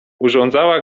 urządzała